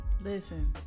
listen